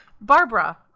Barbara